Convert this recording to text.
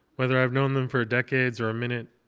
whether i've known them for decades or a minute,